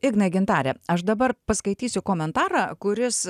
igną gintarę aš dabar paskaitysiu komentarą kuris